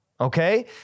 Okay